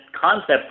concept